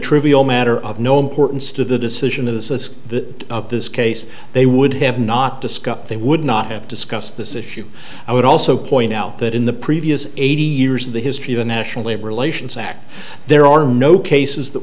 trivial matter of no importance to the decision of the of this case they would have not discussed they would not have discussed this issue i would also point out that in the previous eighty years of the history of the national labor relations act there are no cases that